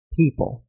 people